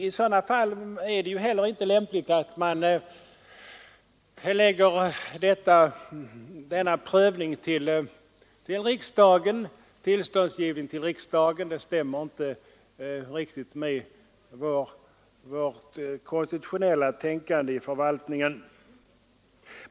I sådana fall är det inte heller lämpligt att man lägger tillståndsgivningen på riksdagen — det stämmer inte riktigt med vår konstitutionella uppfattning om denna del av förvaltningen.